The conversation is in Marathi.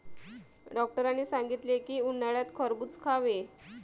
डॉक्टरांनी सांगितले की, उन्हाळ्यात खरबूज खावे